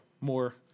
more